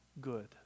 good